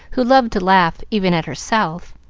who loved to laugh even at herself.